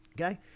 okay